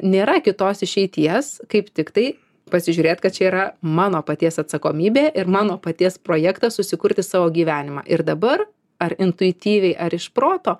nėra kitos išeities kaip tiktai pasižiūrėt kad čia yra mano paties atsakomybė ir mano paties projektas susikurti savo gyvenimą ir dabar ar intuityviai ar iš proto